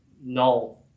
no